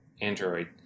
Android